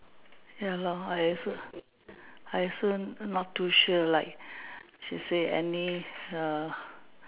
ya lor I also I also not too sure like she say any err